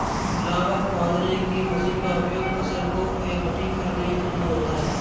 लावक बांधने की मशीन का उपयोग फसल को एकठी करने में होता है